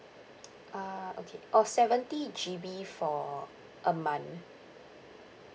ah okay oh seventy G_B for a month